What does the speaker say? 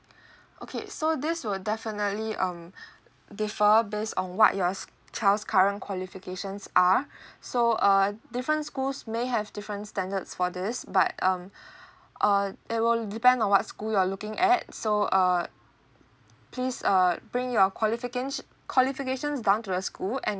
okay so this will definitely um differ base on what your child's current qualifications are so uh different schools may have different standards for this but um uh it will depend on what school you're looking at so uh please uh bring your qualifica~ qualifications down to your school and